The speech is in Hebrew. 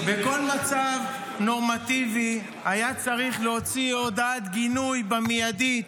בכל מצב נורמטיבי היה צריך להוציא הודעת גינוי במיידית,